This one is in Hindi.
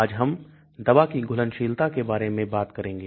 आज हम दवा की घुलनशीलता के बारे में बात करेंगे